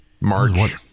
March